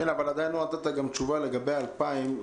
עדיין לא נתת תשובה לגבי ה-2,000.